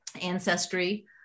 ancestry